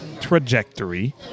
trajectory